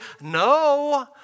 no